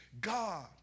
God